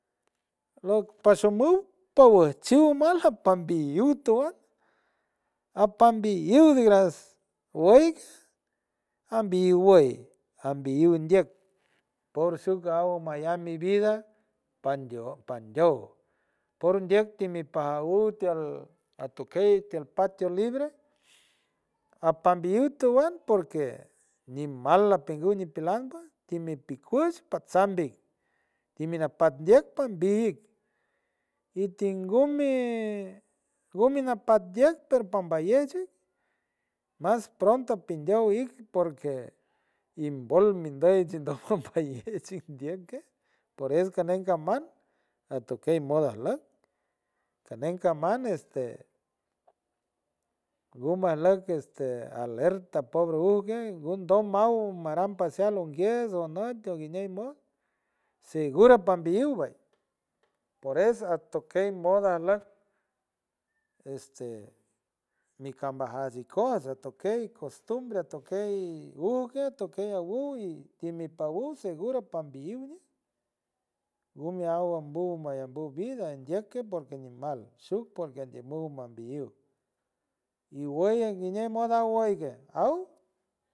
Lot pashmon taweyt shi wal japan biud toaid, apan biud iras woy ambiguey ambiundk por shu gaw mai mi vida pandow por ndiek temi paul teal atoquey, teal patio libre, apanbiud twel por que nimala tanguy ni telan bay ni ti micuch pasan be niti pandied pan bic y tin gumee gume naman pandied pera panballeshe más pronto pan pindio ik porque inbol mind y chindoy chindieque por eso caney caman atokey mode asloc caney caman este gumos mas loc este alerta pobre ugue ngow maw maram pasealou ngiet anodiet anotied teaguiney segura pan biud ball por eso atoquey boda lat este nicambajac ikoots atoquey costumbre, atoquey ugue, atoquey awil, time paus seguro panbiuminim gumia awua ambu mayambu vida ndeke porque ni mal, shu poruqe ambiu mambiu igueye anguiñaw wal.